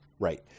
right